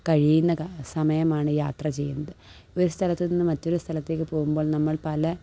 കഴിയുന്ന സമയമാണ് യാത്ര ചെയ്യുന്നത് ഒരു സ്ഥലത്ത് നിന്ന് മറ്റൊരു സ്ഥലത്തേക്ക് പോകുമ്പോൾ നമ്മൾ പല